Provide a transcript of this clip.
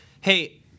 Hey